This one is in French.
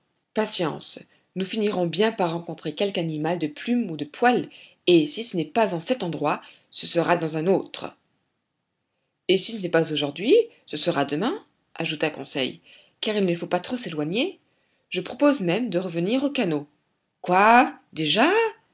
patience nous finirons bien par rencontrer quelque animal de plume ou de poil et si ce n'est pas en cet endroit ce sera dans un autre et si ce n'est pas aujourd'hui ce sera demain ajouta conseil car il ne faut pas trop s'éloigner je propose même de revenir au canot quoi déjà